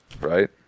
right